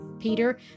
peter